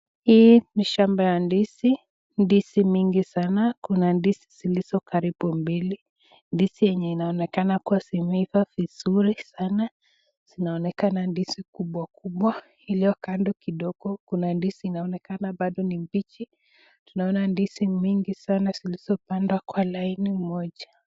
Hii ni shmba ya ndizi, ndizi mingi sana, kuna ndizi zilizo karibu mbili, ndizi yenye inaonekana zimeiva vizuri sana, zinaonekana ndizi kubwa kubwa ,iliyo kando kidogo kuna ndizi inaonekana bado ni mbichi, tunaona ndizi mingi sana zilizopandwa kwa laini moja.